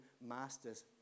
masters